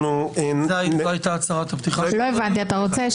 זאת הייתה הצהרת הפתיחה שלך?